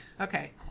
okay